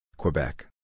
Quebec